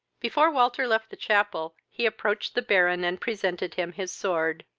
before walter left the chapel, he approached the baron, and presented him his sword.